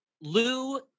lou